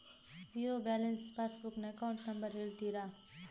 Zero balance passbook ನ account number ಹೇಳುತ್ತೀರಾ?